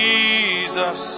Jesus